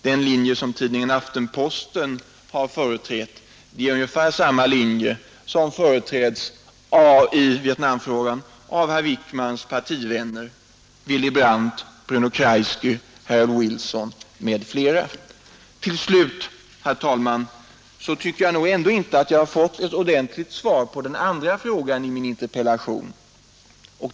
Den linje som tidningen Aftenposten har företrätt är ungefär samma linje som företräds i Vietnamfrågan av herr Wickmans partivänner Willy Brandt, Bruno Kreisky, Harold Wilson m.fl. Till slut, herr talman, tycker jag nog ändå inte att jag har fått ett ordentligt svar på den andra frågan i min interpellation.